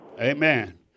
Amen